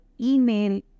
email